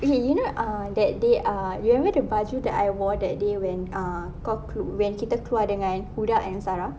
okay you know ah that day ah you remember the baju that I wore that day when uh kau ke~ kita keluar dengan huda and sarah